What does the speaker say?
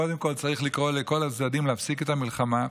קודם כול צריך לקרוא לכל הצדדים להפסיק את המלחמה.